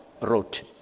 wrote